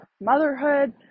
motherhood